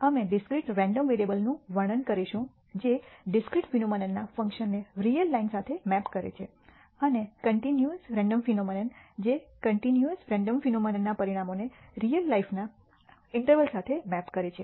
અમે discrete random વેરિયેબલ્સનું વર્ણન કરીશું જે ડિસ્ક્રીટ ફિનોમનન ના ફંકશન ને રીયલ લાઈન સાથે મેપ કરે છે અને કન્ટિન્યૂઅસ રેન્ડમ ફિનોમનન જે કન્ટિન્યૂઅસ રેન્ડમ ફિનોમનનના પરિણામોને રીયલ લાઈફના ઈન્ટરવલ સાથે મેપ કરે છે